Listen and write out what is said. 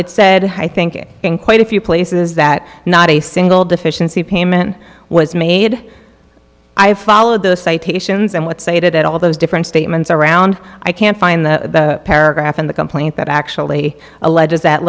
it said i think it in quite a few places that not a single deficiency payment was made i followed the citations and what stated at all those different statements around i can't find the paragraph in the complaint that actually alleges that